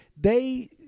They-